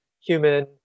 human